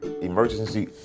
emergency